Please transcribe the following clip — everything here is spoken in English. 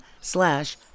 slash